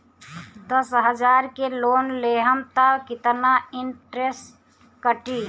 दस हजार के लोन लेहम त कितना इनट्रेस कटी?